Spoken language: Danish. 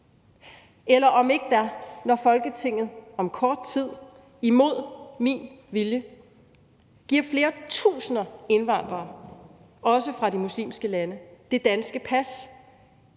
Eller om ikke der, når Folketinget om kort tid imod min vilje giver flere tusinder indvandrere også fra de muslimske lande det danske pas,